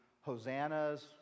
hosannas